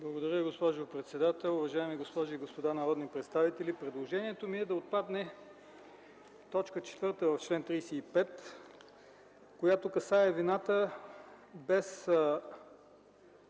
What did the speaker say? Благодаря, госпожо председател. Уважаеми госпожи и господа народни представители, предложението ми е да отпадне т. 4 в чл. 35, която касае вината без